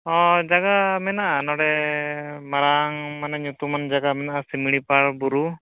ᱦᱚᱭ ᱡᱟᱜᱟ ᱢᱮᱱᱟᱜᱼᱟ ᱱᱚᱰᱮ ᱢᱟᱨᱟᱝ ᱢᱟᱱᱮ ᱧᱩᱛᱩᱢᱟᱱ ᱡᱟᱜᱟ ᱢᱮᱱᱟᱜᱼᱟ ᱥᱤᱢᱞᱤᱯᱟᱞ ᱵᱩᱨᱩ